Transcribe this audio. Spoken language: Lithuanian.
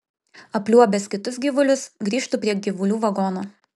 apliuobęs kitus gyvulius grįžtu prie gyvulių vagono